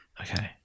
Okay